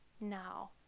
now